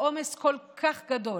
בעומס כל כך גדול,